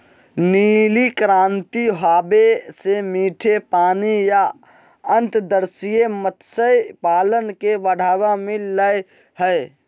नीली क्रांति आवे से मीठे पानी या अंतर्देशीय मत्स्य पालन के बढ़ावा मिल लय हय